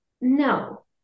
no